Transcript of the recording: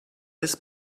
est